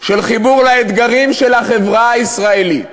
של חיבור לאתגרים של החברה הישראלית.